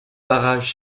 barrages